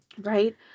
Right